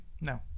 no